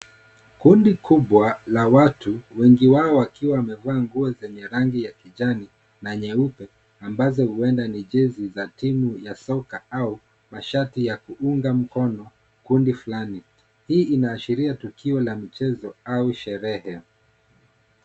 Kundi kubwa la watu wengi wao wakiwa wamevaa nguo zenye rangi ya kijani na nyeupe ambazo huenda ni jezi za timy ya soka au mashati ya kuunga mkono timu fulani, hii inaashiria tukio la mchezo au sherehe.